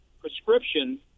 prescription